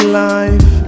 life